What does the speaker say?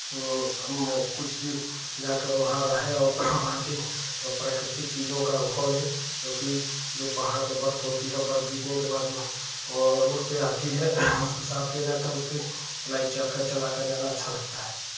हम कुछ देर जाकर वहाँ रहें और वहाँ के प्राकृतिक चीज़ों का अनुभव लें क्योंकि जो पहाड़ पर बर्फ होती है बर्फ गिरने के बाद जो रोड पे आती है उसको साफ किया जाता है उसपे बाइक चलाकर जाना अच्छा लगता है